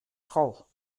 school